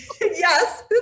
yes